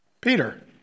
Peter